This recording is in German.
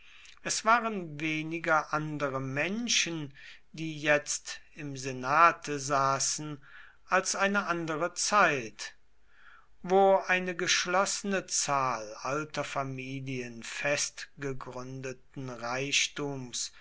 es waren weniger andere menschen die jetzt im senate saßen als eine andere zeit wo eine geschlossene zahl alter familien festgegründeten reichtums